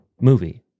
movie